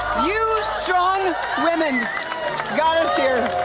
you strong women got us here.